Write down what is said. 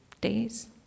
Days